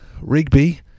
Rigby